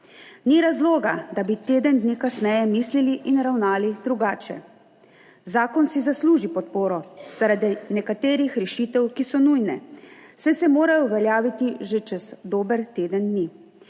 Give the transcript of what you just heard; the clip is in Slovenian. Ni razloga, da bi teden dni kasneje mislili in ravnali drugače. Zakon si zasluži podporo zaradi nekaterih rešitev, ki so nujne, saj se morajo uveljaviti že čez dober teden dni,